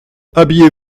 habillez